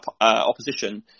opposition